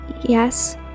Yes